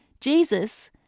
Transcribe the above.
Jesus